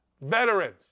veterans